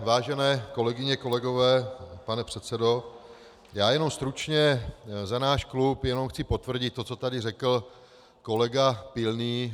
Vážené kolegyně, kolegové, pane předsedo, já jenom stručně za náš klub chci potvrdit to, co tady řekl kolega Pilný.